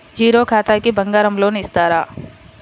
Zero ఖాతాకి బంగారం loan ఇస్తారా?